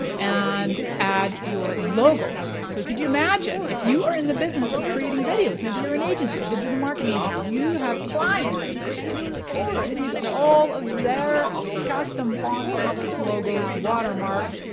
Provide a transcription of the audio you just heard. and add your logos. so could you imagine, if you were in the business of creating videos, maybe you're an agency, a digital marketing agency. you have clients that you create videos for, and you've got all of their custom fonts, colors, logos, watermarks.